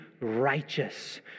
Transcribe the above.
righteous